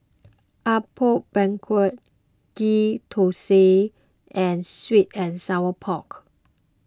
Apom Berkuah Ghee Thosai and Sweet and Sour Pork